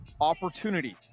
opportunity